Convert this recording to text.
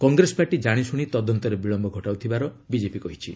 Congress party ଜାଶିଶୁଣି ତଦନ୍ତରେ ବିଳୟ ଘଟାଉଥିବାର ବିଜେପି କହିଛି